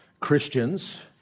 Christians